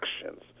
actions